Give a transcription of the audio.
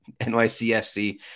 NYCFC